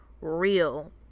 real